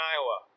Iowa